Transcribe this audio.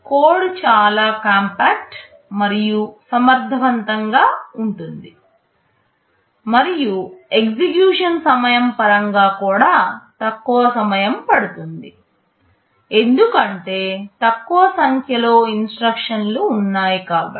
code చాలా compact మరియు సమర్థవంతంగా ఉంటుంది మరియు ఎగ్జిక్యూషన్ సమయం పరంగా కూడా తక్కువ సమయం పడుతుంది ఎందుకంటే తక్కువ సంఖ్యలో ఇన్స్ట్రక్షన్లు ఉన్నాయి కాబట్టి